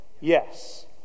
Yes